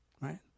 right